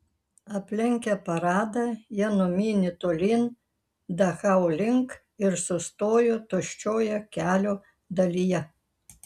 aplenkę paradą jie numynė tolyn dachau link ir sustojo tuščioje kelio dalyje